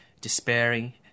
Despairing